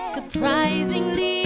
Surprisingly